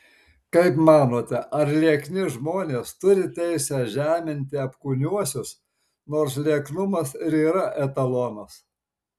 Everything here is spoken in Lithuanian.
kaip manote ar liekni žmonės turi teisę žeminti apkūniuosius nors lieknumas ir yra etalonas